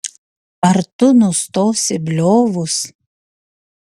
ar tu nustosi bliovus